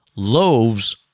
loaves